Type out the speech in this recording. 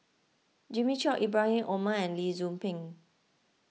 Jimmy Chok Ibrahim Omar and Lee Tzu Pheng